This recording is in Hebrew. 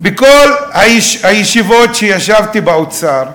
בכל הישיבות שישבתי באוצר,